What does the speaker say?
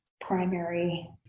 primary